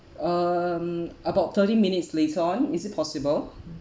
um about thirty minutes later on is it possible